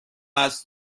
است